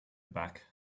back